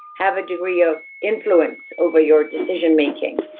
have a degree of influence over your decision making,